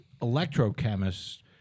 electrochemists